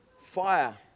fire